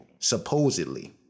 supposedly